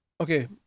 okay